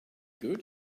good